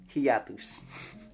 hiatus